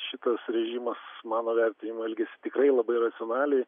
šitas režimas mano vertinimu elgiasi tikrai labai racionaliai